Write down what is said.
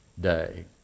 day